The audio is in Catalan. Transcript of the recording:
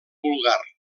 vulgar